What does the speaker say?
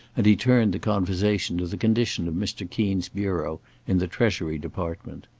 and he turned the conversation to the condition of mr. keen's bureau in the treasury department.